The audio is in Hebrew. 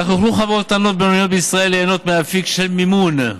כך יוכלו חברות קטנות ובינוניות בישראל ליהנות מאפיק של מימון ציבורי,